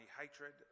hatred